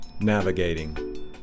navigating